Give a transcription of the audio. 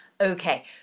Okay